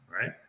Right